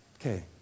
Okay